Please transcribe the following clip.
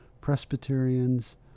Presbyterians